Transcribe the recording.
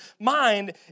mind